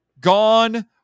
gone